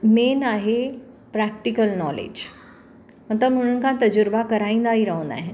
main आहे practical knowledge मतिलबु उन्हनि खां तज़ूरबा कराईंदा ई रहंदा आहिनि